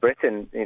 Britain